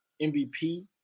MVP